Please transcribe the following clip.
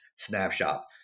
snapshot